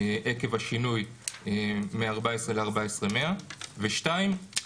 עקב השינוי מ-14,000 ל-14,100 ושתיים,